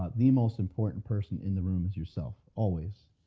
ah the most important person in the room is yourself, always.